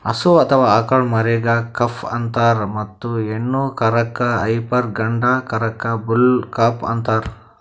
ಹಸು ಅಥವಾ ಆಕಳ್ ಮರಿಗಾ ಕಾಫ್ ಅಂತಾರ್ ಮತ್ತ್ ಹೆಣ್ಣ್ ಕರಕ್ಕ್ ಹೈಪರ್ ಗಂಡ ಕರಕ್ಕ್ ಬುಲ್ ಕಾಫ್ ಅಂತಾರ್